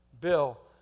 Bill